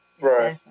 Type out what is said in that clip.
Right